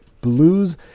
Blues